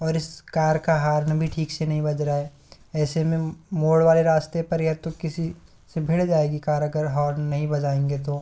और इस कार का हारन भी ठीक से नहीं बज रहा है ऐसे में मोड़ वाले रास्ते पर या तो किसी से भिड़ जाएगी कार अगर हार्न नही बजाएंगे तो